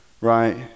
right